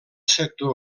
sector